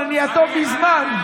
אבל אני יתום מזמן.